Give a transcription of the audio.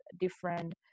different